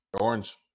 Orange